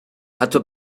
حتی